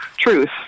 truth